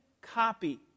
copy